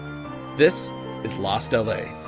this is lost l a.